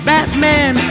Batman